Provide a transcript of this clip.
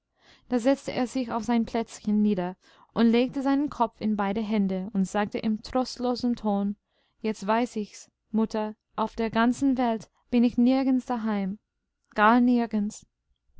da setzte er sich auf sein plätzchen nieder und legte seinen kopf in beide hände und sagte in trostlosem ton jetzt weiß ich's mutter auf der ganzen welt bin ich nirgends daheim gar nirgends